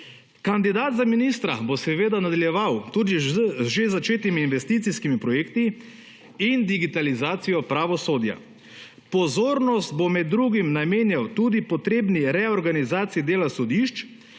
Kandidat za ministra bo seveda nadaljeval tudi z že začetimi investicijskimi projekti in digitalizacijo pravosodja. Pozornost bo med drugim namenjal tudi potrebni reorganizaciji dela sodišč,